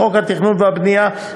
לחוק התכנון והבנייה,